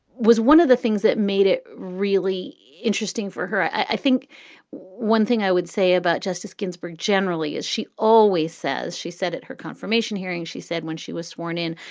was one of the things that made it really interesting for her. i think one thing i would say about justice ginsburg generally is she always says she said at her confirmation hearing, she said when she was sworn in,